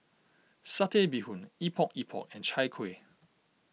Satay Bee Hoon Epok Epok and Chai Kueh